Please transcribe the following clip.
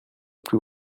plus